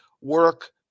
work